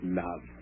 love